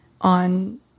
on